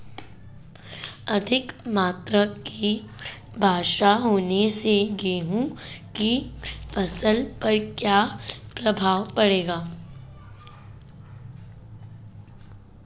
अधिक मात्रा की वर्षा होने से गेहूँ की फसल पर क्या प्रभाव पड़ेगा?